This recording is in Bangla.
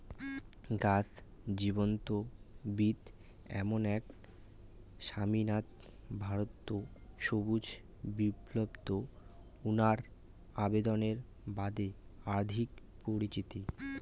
গছ জিনতত্ত্ববিদ এম এস স্বামীনাথন ভারতত সবুজ বিপ্লবত উনার অবদানের বাদে অধিক পরিচিত